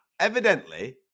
evidently